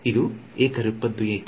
ಇದು ಏಕರೂಪದ್ದು ಏಕೆ